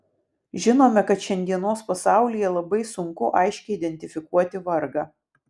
žinome kad šiandienos pasaulyje labai sunku aiškiai identifikuoti vargą